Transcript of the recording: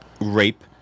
rape